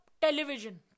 television